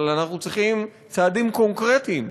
אבל אנחנו צריכים צעדים קונקרטיים.